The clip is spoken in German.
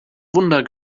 wunder